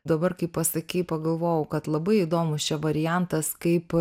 dabar kai pasakei pagalvojau kad labai įdomus čia variantas kaip